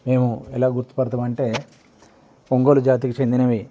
మేము ఎలా గుర్తుపడతామంటే ఒంగోలు జాతికి చెందినవి